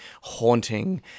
haunting